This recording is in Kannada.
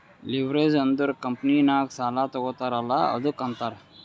ಲಿವ್ರೇಜ್ ಅಂದುರ್ ಕಂಪನಿನಾಗ್ ಸಾಲಾ ತಗೋತಾರ್ ಅಲ್ಲಾ ಅದ್ದುಕ ಅಂತಾರ್